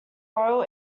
royal